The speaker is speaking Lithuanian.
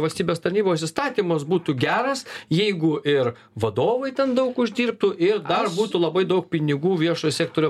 valstybės tarnybos įstatymas būtų geras jeigu ir vadovai ten daug uždirbtų ir dar būtų labai daug pinigų viešo sektorio